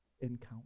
encounter